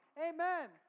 Amen